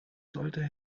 sollte